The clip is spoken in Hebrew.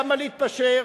למה להתפשר?